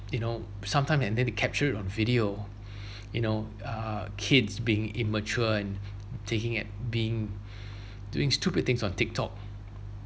you know sometime and then they capture it on video you know uh kids being immature and taking at being doing stupid things on tiktok